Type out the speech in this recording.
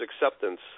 acceptance